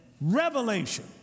revelation